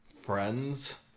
friends